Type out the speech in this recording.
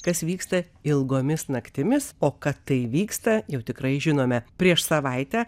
kas vyksta ilgomis naktimis o kad tai vyksta jau tikrai žinome prieš savaitę